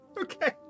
Okay